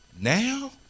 Now